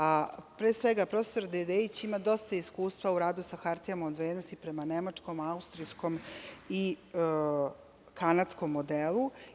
A pre svega profesor Dedeić ima dosta iskustva u radu sa hartijama od vrednosti prema nemačkom, austrijskom i kanadskom modelu.